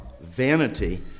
vanity